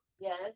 yes